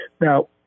Now